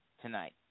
tonight